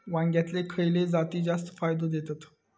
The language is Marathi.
वांग्यातले खयले जाती जास्त फायदो देतत?